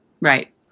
Right